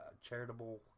charitable